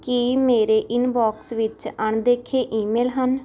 ਕੀ ਮੇਰੇ ਇਨਬਾਕਸ ਵਿੱਚ ਅਣਦੇਖੇ ਈਮੇਲ ਹਨ